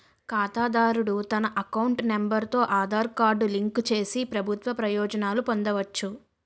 ఖాతాదారుడు తన account number తో ఆధార్ కార్డు లింక్ చేసి ప్రభుత్వ ప్రయోజనాలు పొందవచ్చు